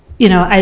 you know,